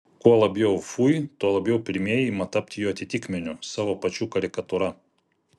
kuo labiau fui tuo labiau pirmieji ima tapti jo atitikmeniu savo pačių karikatūra